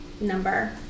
number